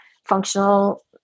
functional